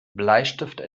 bleistifte